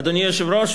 אדוני היושב-ראש,